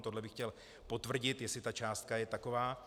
Tohle bych chtěl potvrdit, jestli ta částka je taková.